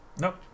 Nope